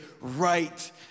right